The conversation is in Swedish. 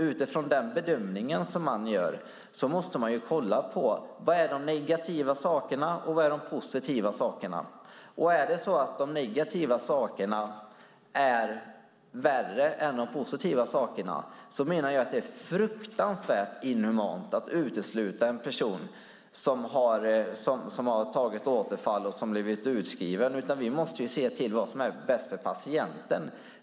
Utifrån den bedömning som man gör måste man titta på vad som är negativt och vad som är positivt. Om det är mer negativt än positivt menar jag att det är fruktansvärt inhumant att utesluta en person som har fått återfall och blivit utskriven. Vi måste ju se till vad som är bäst för patienten.